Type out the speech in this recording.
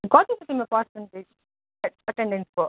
कति छ तिम्रो पर्सन्टेज एटेन्डेन्सको